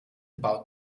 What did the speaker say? about